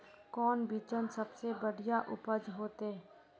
कौन बिचन सबसे बढ़िया उपज होते?